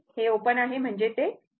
हे ओपन आहे म्हणजेच ते तेथे नाही